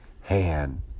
hand